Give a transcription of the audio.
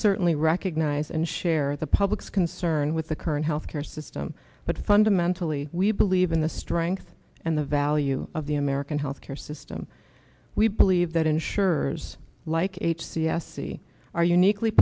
certainly recognize and share the public's concern with the current healthcare system but fundamentally we believe in the strength and the value of the american health care system we believe that insurers like h c s c are uniquely